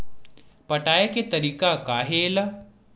पटाय के तरीका का हे एला?